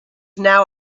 now